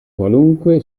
qualunque